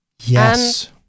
Yes